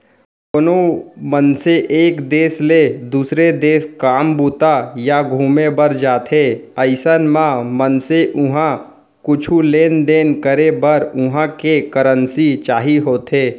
कोनो मनसे एक देस ले दुसर देस काम बूता या घुमे बर जाथे अइसन म मनसे उहाँ कुछु लेन देन करे बर उहां के करेंसी चाही होथे